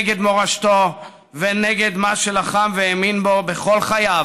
נגד מורשתו ונגד מה שלחם והאמין בו בכל חייו,